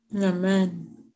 Amen